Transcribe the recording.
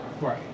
Right